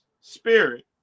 spirit